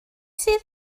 sydd